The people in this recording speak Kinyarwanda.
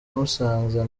musanze